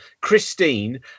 christine